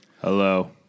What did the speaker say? Hello